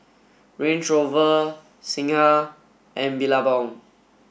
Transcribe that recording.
Range Rover Singha and Billabong